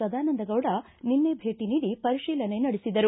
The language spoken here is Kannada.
ಸದಾನಂದಗೌಡ ನಿನ್ನೆ ಭೇಟ ನೀಡಿ ಪರಿಶೀಲನೆ ನಡೆಸಿದರು